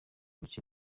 bice